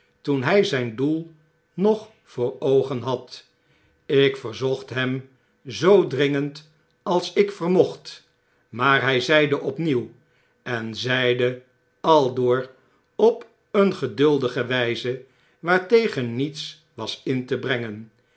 toen hy zyn doel nog voor oogen had ik verzocht hem zoo dringend als ik vermocht maar hij zeide ofjnieuw en zeide al door op een geduldige wijze waartegen niets was in te brengen